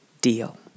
deal